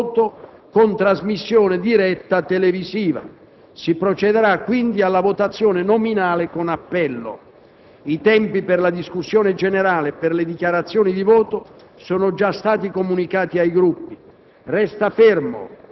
e le dichiarazioni di voto, con trasmissione diretta televisiva. Si procederà, quindi, alla votazione nominale con appello. I tempi per la discussione generale e per le dichiarazioni di voto sono già stati comunicati ai Gruppi.